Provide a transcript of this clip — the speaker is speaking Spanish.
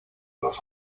los